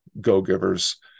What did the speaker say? go-givers